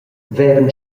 vevan